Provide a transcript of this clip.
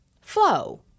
Flow